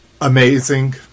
Amazing